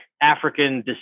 African